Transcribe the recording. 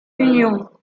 union